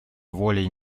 волей